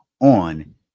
on